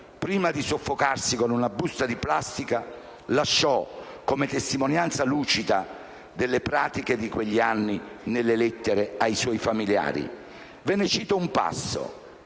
prima di soffocarsi con una busta di plastica, lasciò, come testimonianza lucida delle pratiche di quegli anni, nelle lettere ai suoi familiari. Ve ne cito un passo